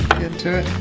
get to